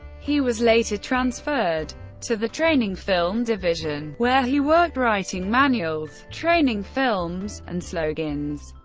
he was later transferred to the training film division, where he worked writing manuals, training films, and slogans,